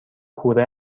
کوره